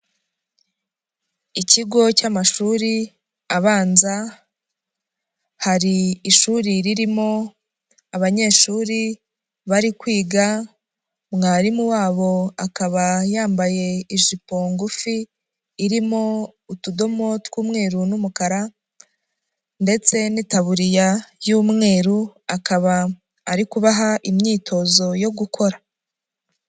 Ikigo cy'amashuri abanza hari ishuri ririmo abanyeshuri bari kwiga mwarimu wabo akaba yambaye ijipo ngufi irimo utudomo tw'umweru n'umukara ndetse n'itaburiya y'umweru akaba ari kubaha imyitozo yo gukora.